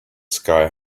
sky